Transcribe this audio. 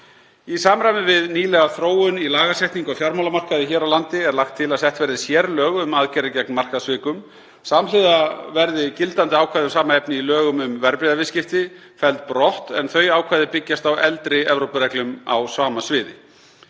Í samræmi við nýlega þróun í lagasetningu á fjármálamarkaði hér á landi er lagt til að sett verði sérlög um aðgerðir gegn markaðssvikum. Samhliða verði gildandi ákvæði um sama efni í lögum um verðbréfaviðskipti felld brott, en þau ákvæði byggjast á eldri Evrópureglum á sama sviði.